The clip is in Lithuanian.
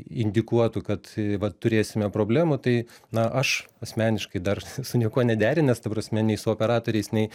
indikuotų kad vat turėsime problemų tai na aš asmeniškai dar su niekuo nederinęs ta prasme nei su operatoriais nei